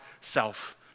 self